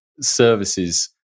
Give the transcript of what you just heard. services